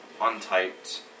untyped